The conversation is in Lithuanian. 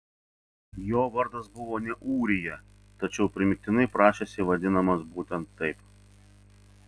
jo vardas buvo ne ūrija tačiau primygtinai prašėsi vadinamas būtent taip